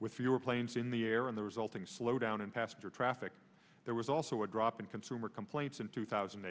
with fewer planes in the air and the resulting slowdown in passenger traffic there was also a drop in consumer complaints in two thousand